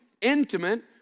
intimate